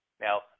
Now